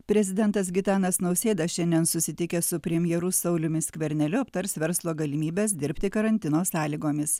prezidentas gitanas nausėda šiandien susitikęs su premjeru sauliumi skverneliu aptars verslo galimybes dirbti karantino sąlygomis